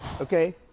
Okay